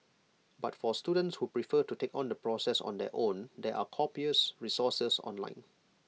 but for students who prefer to take on the process on their own there are copious resources online